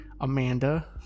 Amanda